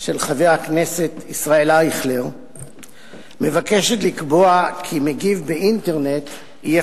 של חבר הכנסת ישראל אייכלר מבקשת לקבוע כי מגיב באינטרנט יהיה